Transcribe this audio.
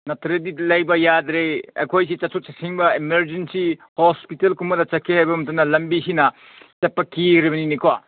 ꯅꯠꯇ꯭ꯔꯗꯤ ꯂꯩꯕ ꯌꯥꯗ꯭ꯔꯦ ꯑꯩꯈꯣꯏꯁꯤ ꯆꯠꯊꯣꯛ ꯆꯠꯁꯤꯟꯗ ꯏꯃꯥꯔꯖꯦꯟꯁꯤ ꯍꯣꯁꯄꯤꯇꯥꯜꯒꯨꯝꯕꯗ ꯆꯠꯀꯦ ꯍꯥꯏꯕ ꯃꯇꯝꯗ ꯂꯝꯕꯤꯁꯤꯅ ꯆꯠꯄ ꯀꯤꯔꯕꯅꯤꯅꯦꯀꯣ